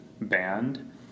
band